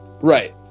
Right